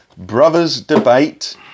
brothersdebate